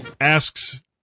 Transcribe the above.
asks